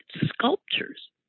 sculptures